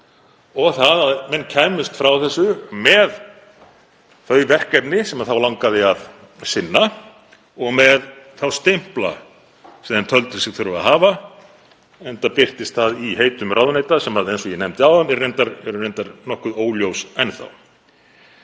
og það að menn kæmust frá þessu með þau verkefni sem þá langaði að sinna og með þá stimpla sem þeir töldu sig þurfa að hafa, enda birtist það í heitum ráðuneyta sem, eins og ég nefndi áðan, eru reyndar nokkuð óljós enn þá.